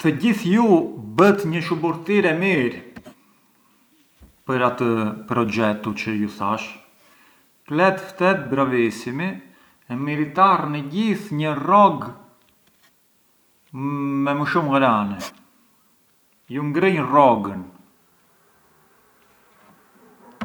Të gjithë ju bët një shuburtirë e mirë për atë proxhetu çë ju thash, kletë ftet bravissimi e miritarni gjithë një rrogë me më shumë ghrane.